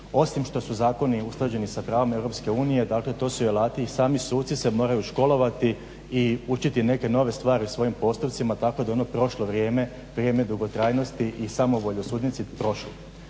Osim što su zakoni usklađeni sa pravom Europske unije dakle to su i alati i sami suci se moraju školovati i učiti neke nove stvari svojim postupcima tako da je ono prošlo vrijeme, vrijeme dugotrajnosti i samovolje u sudnici prošlo.